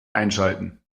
einschalten